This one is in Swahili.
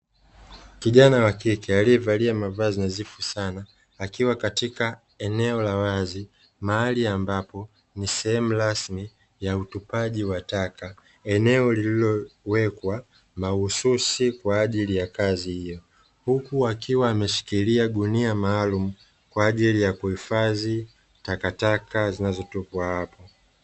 Kijana wa kike aliyevalia mavazi nadhifu sana, akiwa katika eneo la wazi, mahali ambapo ni sehemu rasmi ya utupaji wa taka, eneo lililowekwa mahususi kwa ajili ya kazi hiyo; huku akiwa ameshikilia gunia maalumu, kwa ajili ya kuhifadhi takataka zinazotupwa hapo.